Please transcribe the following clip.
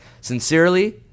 sincerely